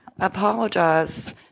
apologize